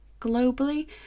globally